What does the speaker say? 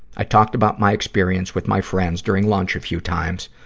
i talked about my experience with my friends during lunch a few times,